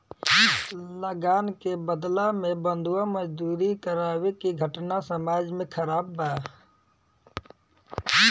लगान के बदला में बंधुआ मजदूरी करावे के घटना समाज में खराब बा